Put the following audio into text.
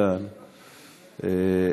כאן,